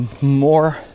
more